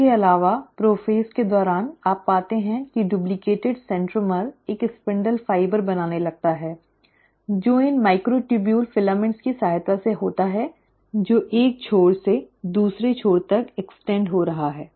इसके अलावा प्रोफ़ेज़ के दौरान आप पाते हैं कि डुप्लिकेट सेंट्रोमीटर एक स्पिंडल फाइबर बनाने लगता है जो इन माइक्रोट्यूबुल फ़िलामेंट की सहायता से होता है जो एक छोर से दूसरे छोर तक फैल रहे हैं